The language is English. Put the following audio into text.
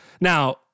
Now